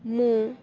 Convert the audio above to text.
ମୁଁ